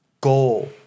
goal